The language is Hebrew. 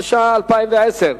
התש"ע 2010,